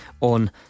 on